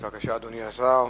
בבקשה, אדוני השר,